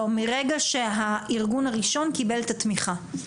מרגע שהארגון הראשון קיבל את התמיכה.